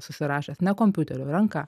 susirašęs ne kompiuteriu ranka